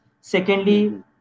Secondly